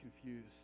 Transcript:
confused